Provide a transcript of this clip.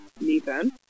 nathan